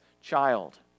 child